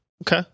Okay